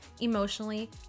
emotionally